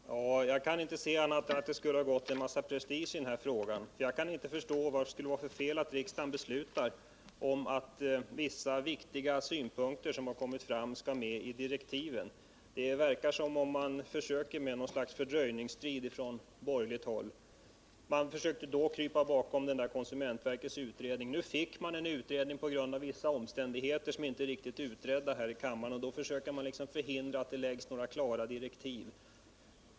Fru talman! Jag kan inte finna annat än att detta har blivit en prestigeladdad fråga. Jag kan inte se vad det är för fel i att riksdagen beslutar att vissa viktiga synpunkter som har kommit fram skall tas med i direktiven. Det verkar som om man från borgerligt håll försöker ta upp något slags fördröjande strid på denna punkt genom att hänvisa till konsumentverkets utredning. Nu har ändå en utredning tillsatts — även om alla omständigheter som ledde till majoritet för detta beslut i kammaren inte är riktigt utredda — och då försöker man förhindra att det utfärdas klara direktiv för denna.